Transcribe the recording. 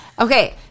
Okay